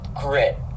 grit